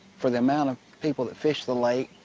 for the amount of people that fish the lake,